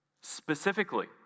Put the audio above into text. Specifically